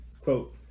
Quote